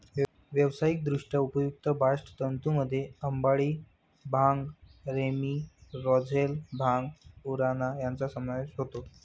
व्यावसायिकदृष्ट्या उपयुक्त बास्ट तंतूंमध्ये अंबाडी, भांग, रॅमी, रोझेल, भांग, उराणा यांचा समावेश होतो